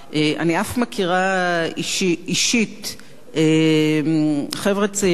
אני אף מכירה אישית חבר'ה צעירים,